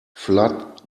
flood